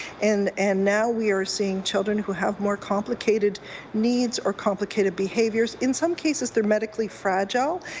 and and now we are seeing children who have more complicated needs or complicated behaviours. in some cases they're medically fragile.